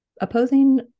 Opposing